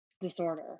disorder